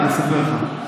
אני אספר לך.